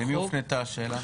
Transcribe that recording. למי הופנתה השאלה?